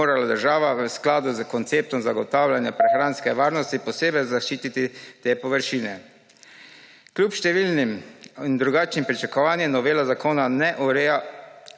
bi morala država v skladu s konceptom zagotavljanja prehranske varnosti posebej zaščititi te površine. Kljub številnim in drugačnim pričakovanjem novela zakona ne ureja